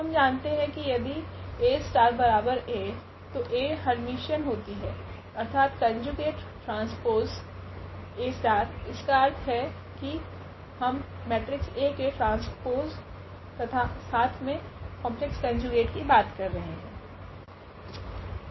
हम जानते है की यदि AA तो A हेर्मिटीयन होती है अर्थात कोंजुगेट ट्रांसपोसे A इसका अर्थ है की हम मेट्रिक्स A के ट्रांसपोसे तथा साथ मे कॉम्प्लेक्स कोंजुगेट की बात कर रहे है